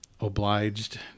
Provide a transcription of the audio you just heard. obliged